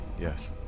yes